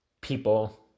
people